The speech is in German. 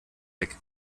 weg